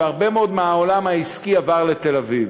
והרבה מאוד מהעולם העסקי עבר לתל-אביב,